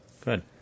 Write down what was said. Good